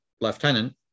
lieutenant